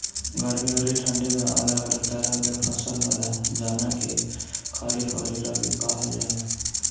गर्मी अउरी ठंडी में अलग अलग तरह के फसल होला, जवना के खरीफ अउरी रबी कहल जला